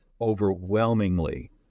overwhelmingly